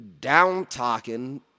down-talking